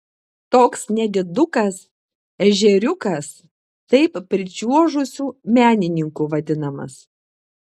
toks nedidukas ežeriukas taip pričiuožusių menininkų vadinamas